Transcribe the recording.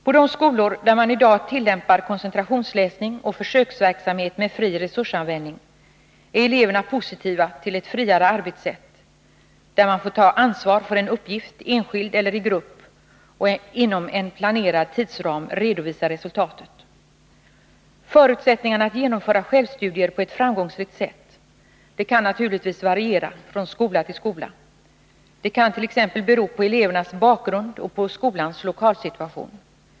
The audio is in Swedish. På de skolor där man i dag tillämpar koncentrationsläsning och försöksverksamhet med fri resursanvändning är eleverna positiva till ett friare arbetssätt, där man får ta ansvar för en uppgift, enskilt eller i grupp, och inom en planerad tidsram redovisa resultatet. Förutsättningarna att genomföra självstudier på ett framgångsrikt sätt kan naturligtvis variera från skola till skola. De kan t.ex. bero på elevernas bakgrund och skolans lokalsituation.